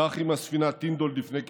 כך עם הספינה טינדול לפני כחודש.